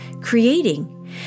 creating